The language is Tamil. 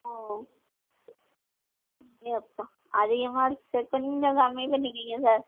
ஓ ஏ அப்பா அதிகமாக இருக்குது சார் கொஞ்சம் கம்மி பண்ணிக்கோங்க சார்